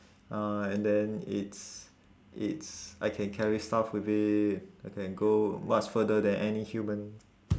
uh and then it's it's I can carry stuff with it I can go much further than any human